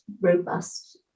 robust